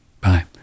Bye